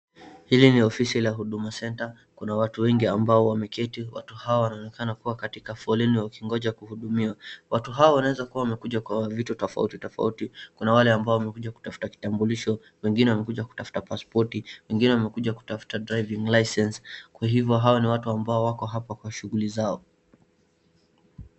Hili ni ofisi la Huduma Center kuna watu wengi ambao wameketi watu hawa wanaonekana kua katika foleni wakiongojea kuhudumiwa watu hawa wanaweza kuwa wamekuja kwa vitu tofauti tofauti, kuna wale ambao wamekuja kutafuta kitambulisho, wengine wamekuja kutafuta passpoti, wengine wamekuja kutafuta driving license kwa hivyo hawa ni watu wako hapa kwa shughuli zao.